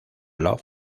love